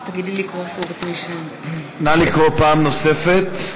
נא לקרוא פעם נוספת.